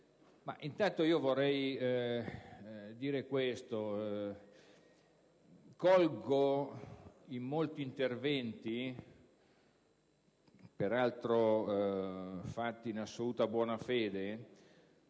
Intanto vorrei dire questo: colgo in molti interventi, peraltro fatti in assoluta buona fede,